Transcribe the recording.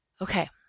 Okay